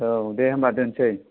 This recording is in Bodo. औ दे होनबा दोनसै